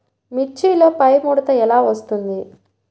మిర్చిలో పైముడత ఎలా వస్తుంది?